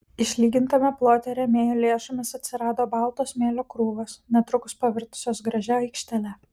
išlygintame plote rėmėjų lėšomis atsirado balto smėlio krūvos netrukus pavirtusios gražia aikštele